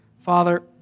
Father